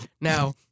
Now